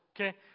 Okay